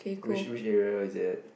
which which area is it at